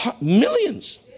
millions